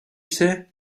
say